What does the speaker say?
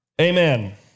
Amen